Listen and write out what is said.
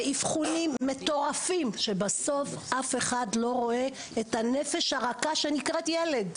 באבחונים מטורפים שבסוף אף אחד לא רואה את הנפש הרכה שנקראת ילד,